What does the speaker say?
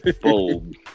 Bold